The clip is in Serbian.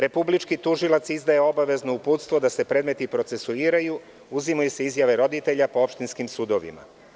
Republički tužilac izdaje obavezno uputstvo da se predmeti procesuiraju i uzimaju se izjave roditelja po opštinskim sudovima.